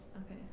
Okay